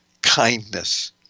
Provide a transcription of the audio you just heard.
kindness